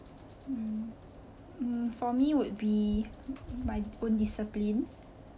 mm mm for me would be my own discipline